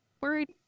Worried